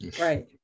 Right